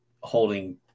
holding